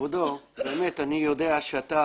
יודע שאני